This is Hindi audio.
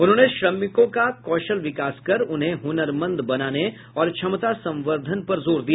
उन्होंने श्रमिकों का कौशल विकास कर उन्हें हुनरमंद बनाने और क्षमता संवर्द्वन पर जोर दिया